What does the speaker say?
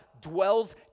dwells